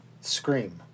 Scream